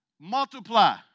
Multiply